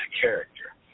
character